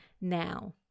Now